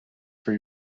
for